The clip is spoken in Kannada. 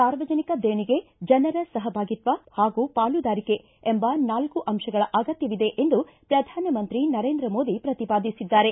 ಸಾರ್ವಜನಿಕ ದೇಣಿಗೆ ಜನರ ಸಹಭಾಗಿತ್ವ ಹಾಗೂ ಪಾಲುದಾರಿಕೆ ಎಂಬ ನಾಲ್ಲು ಅಂಶಗಳ ಅಗತ್ತವಿದೆ ಎಂದು ಪ್ರಧಾನಮಂತ್ರಿ ನರೇಂದ್ರ ಮೋದಿ ಪ್ರತಿಪಾದಿಸಿದ್ದಾರೆ